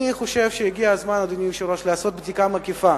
אני חושב שהגיע הזמן לעשות בדיקה מקיפה